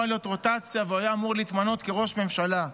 להיות רוטציה והוא היה אמור להתמנות כראש ממשלה.